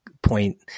point